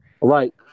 Right